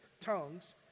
tongues